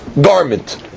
garment